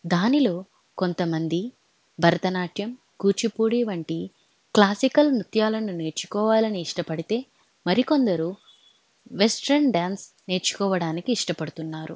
దానిలో కొంతమంది భరతనాట్యం కూచిపూడి వంటి క్లాసికల్ నృత్యాలను నేర్చుకోవాలని ఇష్టపడితే మరి కొందరు వెస్ట్రన్ డ్యాన్స్ నేర్చుకోవడానికి ఇష్టపడుతున్నారు